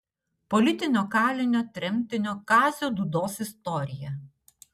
politinio kalinio tremtinio kazio dūdos istorija